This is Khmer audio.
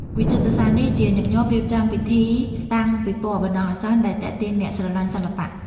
វិចិត្រសាលនេះជាញឹកញាប់រៀបចំពិធីតាំងពិពណ៌បណ្តោះអាសន្ន ដែលទាក់ទាញអ្នកស្រឡាញ់សិល្បៈ។